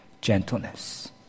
gentleness